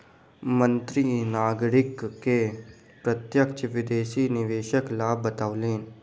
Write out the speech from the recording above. मंत्री नागरिक के प्रत्यक्ष विदेशी निवेशक लाभ बतौलैन